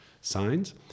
signs